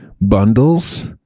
bundles